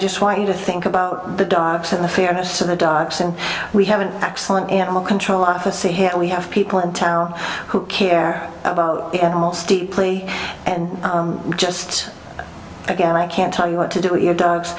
just want you to think about the dives and the fairness of the darks and we have an excellent animal control officer here we have people in town who care about the animals deeply and just again i can't tell you what to do with your dogs